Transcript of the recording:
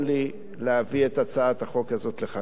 לי להביא את הצעת החוק הזאת לכאן.